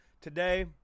today